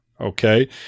okay